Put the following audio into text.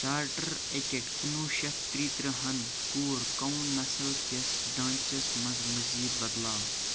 charter act کُنوُہ شیتھ تیٚترٕٛہن کوٗر کونٛسل کِس ڈانٛچس منز مزیٖد بَدلاو